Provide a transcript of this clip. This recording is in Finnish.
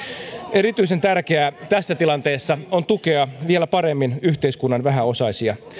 erityisen tärkeää tässä tilanteessa on tukea vielä paremmin yhteiskunnan vähäosaisia